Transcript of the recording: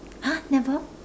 !huh! never